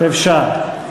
אפשר.